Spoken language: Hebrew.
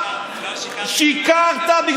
לא שיקרתי.